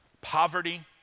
poverty